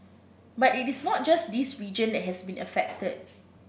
but it is not just this region that has been affected